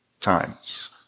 times